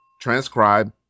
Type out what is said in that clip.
transcribe